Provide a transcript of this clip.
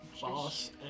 Boss